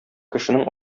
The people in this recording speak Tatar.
кешенең